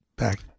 Back